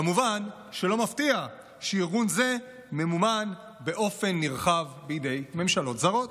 כמובן שלא מפתיע שארגון זה ממומן באופן נרחב בידי ממשלות זרות.